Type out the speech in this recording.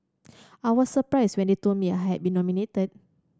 I was surprised when they told me I had been nominated